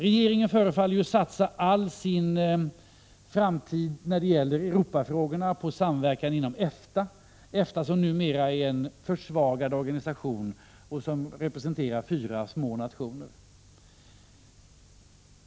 Regeringen förefaller att satsa all sin framtid när det gäller Europafrågorna på samverkan inom EFTA, EFTA som numera är en försvagad organisation som representerar fyra små nationer.